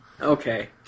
Okay